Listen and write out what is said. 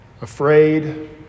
afraid